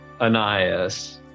Anias